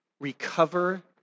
recover